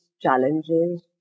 challenges